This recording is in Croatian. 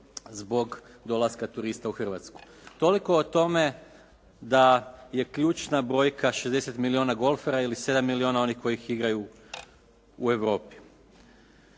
zbog dolaska turista u Hrvatsku. Toliko o tome da je ključna brojka 60 milijuna golfera ili 7 milijuna onih koji igraju u Europi.